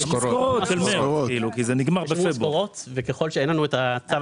ישולמו משכורות וככל שאין לנו את הצו